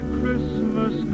Christmas